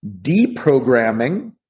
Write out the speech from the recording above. deprogramming